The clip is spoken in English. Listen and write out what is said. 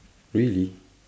really